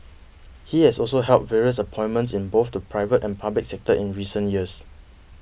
he has also held various appointments in both the private and public sectors in recent years